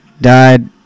Died